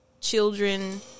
children